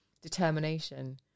determination